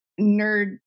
nerd